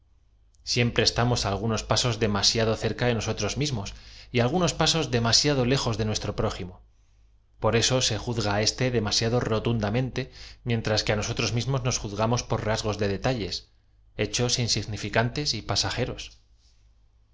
siempre estamos algunos pasos demasiado cerca de nosotros mismos y algunos pasos demasiado lejos de nueatro prójimo por eso se juzga á éste demasiado rotondamentey mientras que á nosotros mismos nos juzgamos por rasgos de detalles hechos insignifican